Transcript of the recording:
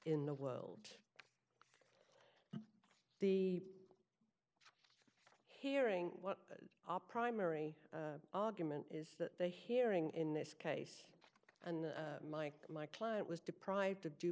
in the world the hearing what our primary argument is that the hearing in this case and mike my client was deprived of d